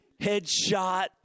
Headshot